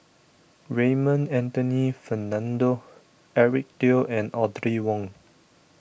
Raymond Anthony Fernando Eric Teo and Audrey Wong